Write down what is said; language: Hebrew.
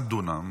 עד דונם,